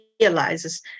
realizes